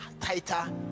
tighter